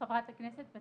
חברת הכנסת שלי,